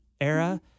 era